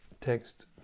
Text